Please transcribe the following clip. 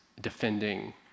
defending